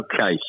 Okay